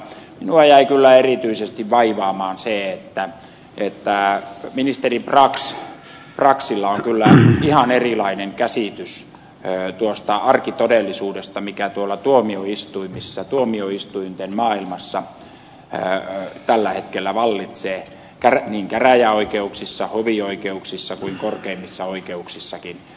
minua jäi kyllä erityisesti vaivaamaan se että ministeri braxilla on kyllä ihan erilainen käsitys tuosta arkitodellisuudesta mikä tuolla tuomioistuinten maailmassa tällä hetkellä vallitsee niin käräjäoikeuksissa hovioikeuksissa kuin korkeimmissa oikeuksissakin